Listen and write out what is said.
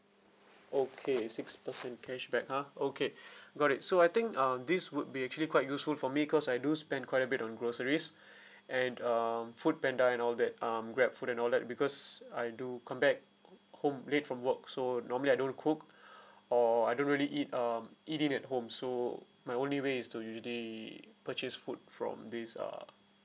okay six percent cashback ha okay got it so I think uh this would be actually quite useful for me cause I do spend quite a bit on groceries and um foodpanda and all that um grabfood and all that because I do come back home late from work so normally I don't cook or I don't really eat um eat in at home so my only way is to usually purchase food from these uh